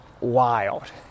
wild